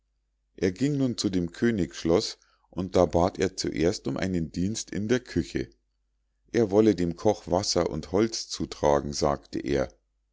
er ging nun zu dem königsschloß und da bat er zuerst um einen dienst in der küche er wolle dem koch wasser und holz zutragen sagte er